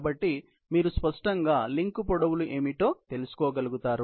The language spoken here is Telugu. కాబట్టి మీరు స్పష్టంగా లింక్ పొడవులు ఏమిటో తెలుసుకోగలుగుతారు